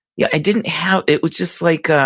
yeah i didn't have, it was just like, ah